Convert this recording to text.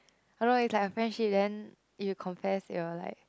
I don't know it's like a friendship then it compares your like